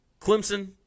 Clemson